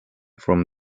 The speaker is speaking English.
from